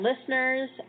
listeners